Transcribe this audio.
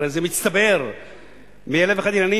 הרי זה מצטבר מאלף-ואחד עניינים